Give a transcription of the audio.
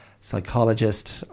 psychologist